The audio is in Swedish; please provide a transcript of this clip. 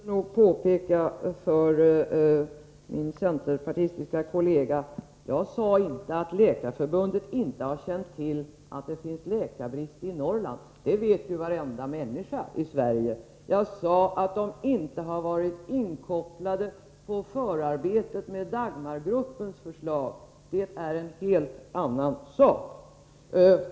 Herr talman! Jag måste nog påpeka för min centerpartistiske kollega att jag inte sade att Läkarförbundet inte har känt till att det finns läkarbrist i Norrland. Det vet varenda människa i Sverige! Jag sade att förbundet inte varit inkopplat på förarbetena till Dagmargruppens förslag. Det är en helt annan sak.